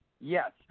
Yes